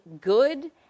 good